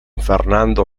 fernando